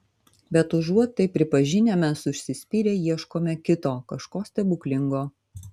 bet užuot tai pripažinę mes užsispyrę ieškome kito kažko stebuklingo